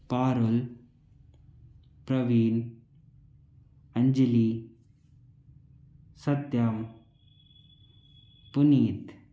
Parul Praveen Anjali Satyam Puneet